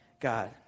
God